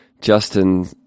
Justin